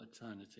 eternity